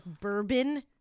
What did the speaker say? bourbon